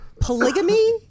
polygamy